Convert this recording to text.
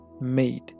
made